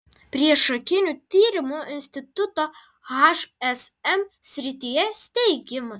priešakinių tyrimų instituto hsm srityje steigimas